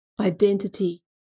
identity